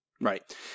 Right